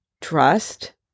trust